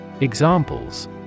Examples